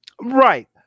Right